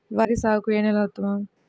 వరి సాగుకు ఏ నేల ఉత్తమం?